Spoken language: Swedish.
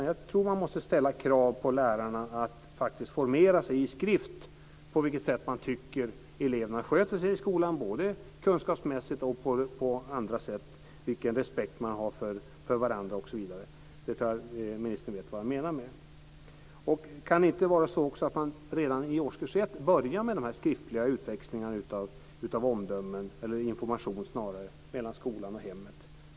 Jag tror att man måste ställa krav på lärarna att faktiskt formera sig i skrift hur man tycker att eleverna sköter sig i skolan både kunskapsmässigt och på andra sätt, vilken respekt de har för varandra osv. Jag tror att ministern förstår vad jag menar. Kan det inte också vara så att man redan i årskurs 1 börjar med denna skriftliga information mellan skolan och hemmet?